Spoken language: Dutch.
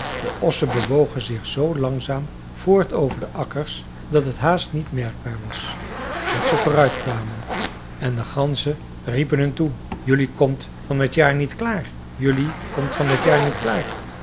de ossen bewogen zich zoo langzaam voort over de akkers dat het haast niet merkbaar was dat ze vooruit kwamen en de ganzen riepen hun toe jelui komt van t jaar niet klaar jelui komt van t jaar niet klaar